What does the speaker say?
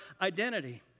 identity